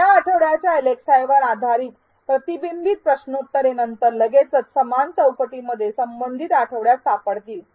त्या आठवड्याचा एलएक्सआयवर आधारित प्रतिबिंब प्रश्नोत्तरे नंतर लगेचच समान चौकटीमध्ये संबंधित आठवड्यात सापडतील